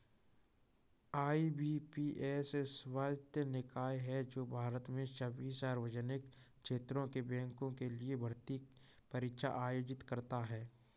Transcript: IBPS स्वायत्त निकाय है जो भारत में सभी सार्वजनिक क्षेत्र के बैंकों के लिए भर्ती परीक्षा आयोजित करता है